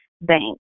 bank